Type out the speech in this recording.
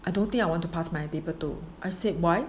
I don't think I want to pass paper two I said why